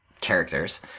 Characters